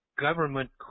government